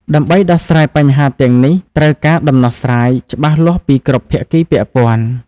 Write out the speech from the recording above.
ដើម្បីដោះស្រាយបញ្ហាទាំងនេះ ត្រូវការ ដំណោះស្រាយ ច្បាស់លាស់ពីគ្រប់ភាគីពាក់ព័ន្ធ។